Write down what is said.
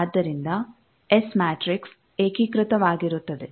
ಆದ್ದರಿಂದ S matrix ಏಕೀಕೃತವಾಗಿರುತ್ತದೆ